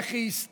איך היא הסתערה,